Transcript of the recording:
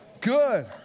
Good